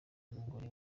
umugore